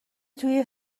توی